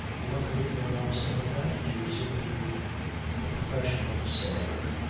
luckily there are some advantages in the the profession of a sailor.